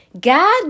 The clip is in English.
God